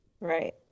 Right